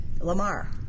Lamar